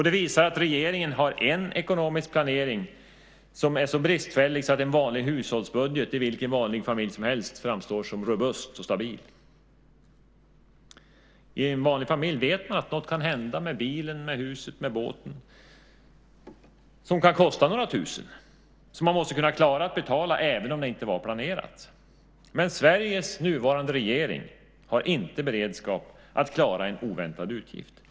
Det visar att regeringen har en ekonomisk planering som är så bristfällig att en vanlig hushållsbudget i vilken vanlig familj som helst framstår som robust och stabil. I en vanlig familj vet man att något kan hända med bilen, med huset, med båten som kan kosta några tusen och som man måste kunna klara att betala, även om det inte var planerat. Men Sveriges nuvarande regering har inte beredskap att klara en oväntad utgift.